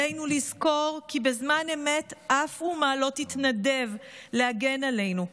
עלינו לזכור כי בזמן אמת אף אומה לא תתנדב להגן עלינו,